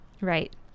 Right